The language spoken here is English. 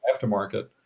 aftermarket